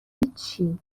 هیچی